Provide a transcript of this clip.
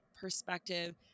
perspective